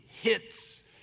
hits